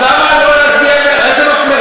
אז למה לא להצביע, איזה מפלה?